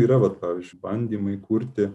yra vat pavyzdžiui bandymai kurti